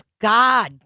God